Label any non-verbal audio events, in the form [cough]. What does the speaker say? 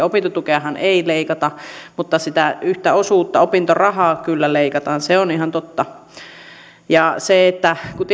[unintelligible] opintotukeahan ei leikata mutta sitä yhtä osuutta opintorahaa kyllä leikataan se on ihan totta ja kun [unintelligible]